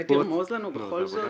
אולי תרמוז לנו בכל זאת,